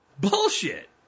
Bullshit